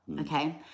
Okay